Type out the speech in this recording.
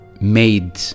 made